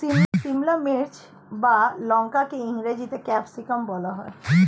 সিমলা মির্চ বা লঙ্কাকে ইংরেজিতে ক্যাপসিকাম বলা হয়